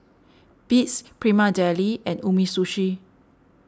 Beats Prima Deli and Umisushi